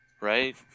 right